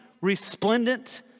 resplendent